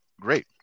great